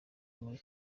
muri